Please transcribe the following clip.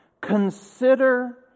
consider